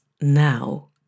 now